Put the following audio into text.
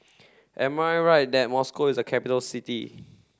am I right that Moscow is a capital city